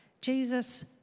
Jesus